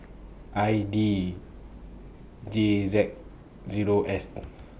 I D J Z Zero S